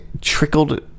trickled